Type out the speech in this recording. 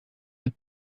alle